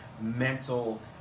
mental